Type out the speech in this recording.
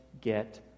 get